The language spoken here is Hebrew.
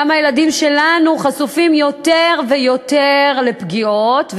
כמה הילדים שלנו חשופים יותר ויותר לפגיעות.